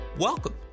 Welcome